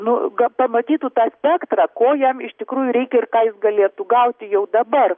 nu kad pamatytų tą spektrą ko jam iš tikrųjų reikia ir ką jis galėtų gauti jau dabar